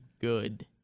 good